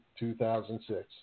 2006